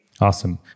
Awesome